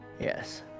Yes